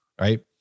right